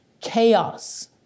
Chaos